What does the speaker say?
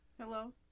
Hello